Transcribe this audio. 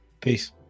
Peace